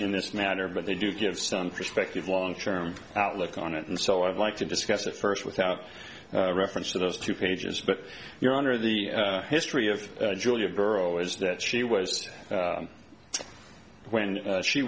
in this matter but they do give some perspective long term outlook on it and so i'd like to discuss it first without reference to those two pages but your honor the history of julia borough is that she was when she